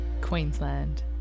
Queensland